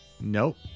Nope